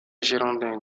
girondins